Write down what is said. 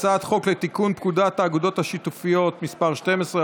הצעת חוק לתיקון פקודת האגודות השיתופיות (מס' 12)